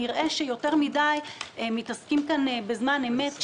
נראה שיותר מדי מתעסקים כאן בזמן באמת,